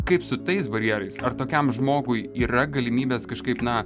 kaip su tais barjerais ar tokiam žmogui yra galimybės kažkaip na